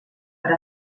per